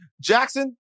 Jackson